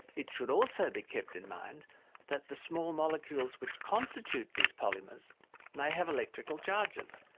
it should also be kept in mind that the small molecules which constitute these polymers may have electrical charges,